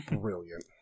brilliant